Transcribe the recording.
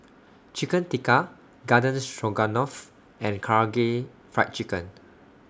Chicken Tikka Garden Stroganoff and Karaage Fried Chicken